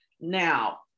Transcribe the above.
Now